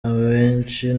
abenshi